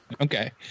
Okay